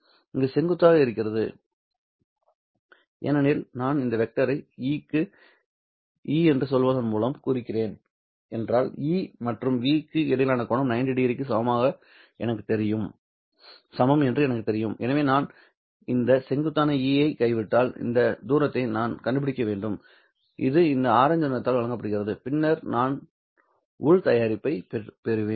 இது செங்குத்தாக இருக்கிறது ஏனெனில் நான் இந்த வெக்டரை 'e என்று சொல்வதன் மூலம் குறிக்கிறேன் என்றால் 'e மற்றும் 'v க்கு இடையிலான கோணம் 90ᴼ க்கு சமம் என்று எனக்குத் தெரியும் எனவே நான் இந்த செங்குத்தான e ஐ கைவிட்டால்இந்த தூரத்தை நான் கண்டுபிடிக்க வேண்டும் இது இந்த ஆரஞ்சு நிறத்தால் வழங்கப்படுகிறது பின்னர் நான் உள் தயாரிப்பைப் பெறுவேன்